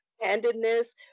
handedness